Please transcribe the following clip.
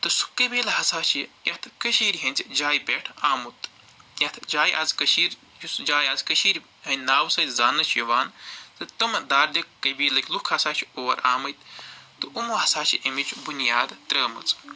تہٕ سُہ قٔبیٖلہٕ ہسا چھُ یَتھ کٔشیٖر ۂنز جایہِ پٮ۪ٹھ آمُت یَتھ جایہِ آز کٔشیٖر یُس جایہِ آز کٔشیٖرِ ۂندۍ ناوٕ سۭتۍ زاننہٕ چھِ یِوان تہٕ تِمَن دردی قٔبیٖلٕکۍ لُکھ ہسا چھِ اور آمٕتۍ تہٕ یِمَو ہسا چھِ اَمِچ بُنیاد ترٲومٕژ